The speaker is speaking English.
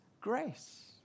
grace